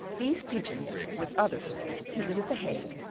these pigeons with others visited the hague,